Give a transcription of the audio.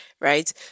Right